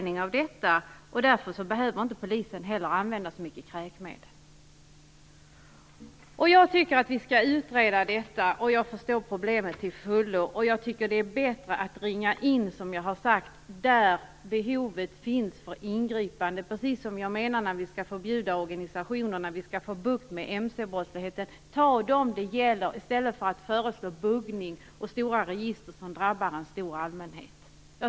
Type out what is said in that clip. Därför behöver polisen inte heller använda så mycket kräkmedel. Jag tycker att vi skall utreda denna metod. Jag förstår till fullo problemen. Jag tycker att det är bra att ringa in behovet av ingripande, precis som när det gäller förbjudande av mc-organisationerna för att få bukt med mc-brottsligheten. Man bör ingripa mot dem som det gäller i stället för att använda buggning och register som drabbar en stor allmänhet.